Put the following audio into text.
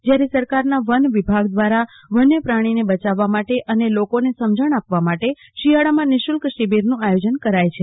જટારે સરકારના વન વિભાગ ક્રારા વન્ય પ્રાણીઓ બચાવવા માટે અને લોકોને સમજણ આપવા માટે શિયાળામાં નિ શુલ્ક શિબિરનું આયોજન થાય છે